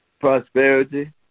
prosperity